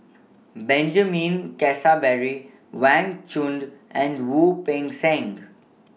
Benjamin Keasberry Wang Chunde and Wu Peng Seng